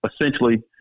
essentially